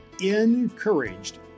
encouraged